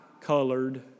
colored